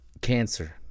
cancer